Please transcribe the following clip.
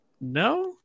no